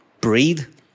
breathe